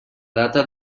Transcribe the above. data